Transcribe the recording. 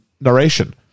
narration